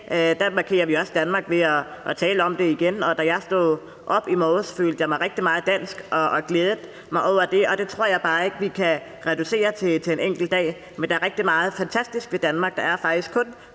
dag markerer vi jo også Danmark ved at tale om det igen, og da jeg stod op i morges, følte jeg mig rigtig meget dansk og glædede mig over det, og det tror jeg bare ikke vi kan reducere til en enkelt dag. Men der er rigtig meget fantastisk ved Danmark. Der er faktisk kun